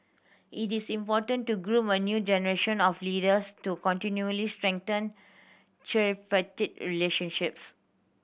it is important to groom a new generation of leaders to continually strengthen tripartite relationships